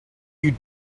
you